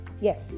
Yes